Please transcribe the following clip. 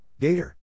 gator